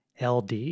LD